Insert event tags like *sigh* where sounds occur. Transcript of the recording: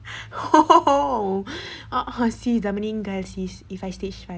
*laughs* uh uh sis dah meninggal sis if I stage five